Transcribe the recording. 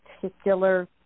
particular